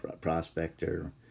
Prospector